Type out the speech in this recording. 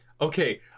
okay